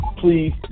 please